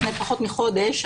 לפני פחות מחודש,